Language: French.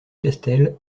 castel